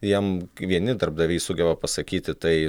jiem vieni darbdaviai sugeba pasakyti tai